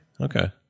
okay